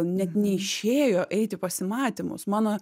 net neišėjo eit pasimatymus mano